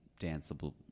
danceable